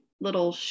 little